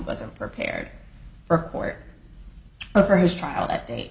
wasn't prepared for court for his trial that day